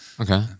okay